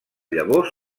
llavors